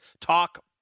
Talk